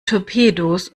torpedos